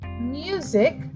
music